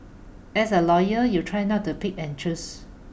as a lawyer you try not to pick and choose